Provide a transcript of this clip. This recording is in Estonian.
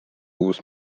uus